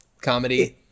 comedy